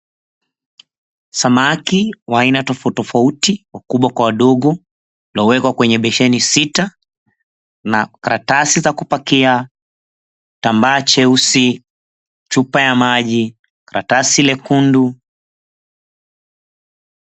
Samaki wa aina tofauti tofauti wakubwa kwa wadogo waliowekwa kwenye besheni sita na karatasi za kupakia, kitambaa cheusi, chupa ya maji, karatasi lekundu.